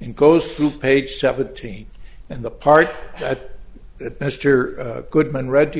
and goes through page seventeen and the part that mr goodman read to